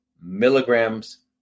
milligrams